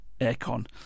aircon